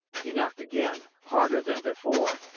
he knocked again, harder than before,